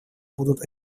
будут